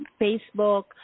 Facebook